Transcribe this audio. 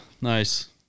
nice